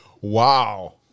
Wow